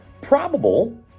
probable